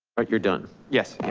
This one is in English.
like you're done? yes.